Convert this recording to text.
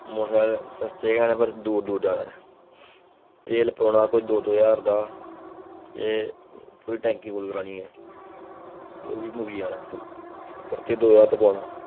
motorcycle सस्ते गै न पर दूर दूर जाना तेल पुआना कोई दो दो ज्हार दा जे पूरी टैंकी फुल करानी ऐ ते ओह् बी मुक्की जाना परतियै दो ज्हार दा पुआना